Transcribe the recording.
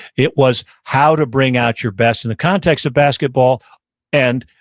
it was how to bring out your best in the context of basketball and,